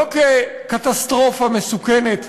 לא כקטסטרופה מסוכנת,